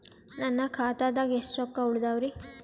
ನನ್ನ ಖಾತಾದಾಗ ಎಷ್ಟ ರೊಕ್ಕ ಉಳದಾವರಿ?